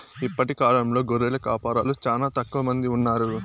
ఇప్పటి కాలంలో గొర్రెల కాపరులు చానా తక్కువ మంది ఉన్నారు